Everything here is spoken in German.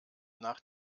nach